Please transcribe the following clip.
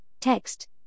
text